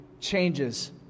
changes